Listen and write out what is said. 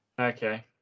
Okay